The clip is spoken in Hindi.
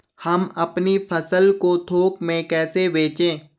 हम अपनी फसल को थोक में कैसे बेचें?